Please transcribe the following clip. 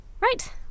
Right